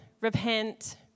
repent